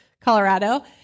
Colorado